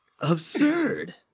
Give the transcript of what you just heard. Absurd